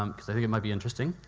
um i think it might be interesting.